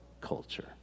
culture